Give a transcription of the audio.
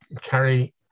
carry